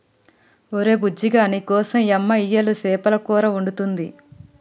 ఒరే బుజ్జిగా నీకోసం యమ్మ ఇయ్యలు సేపల కూర వండుతుంది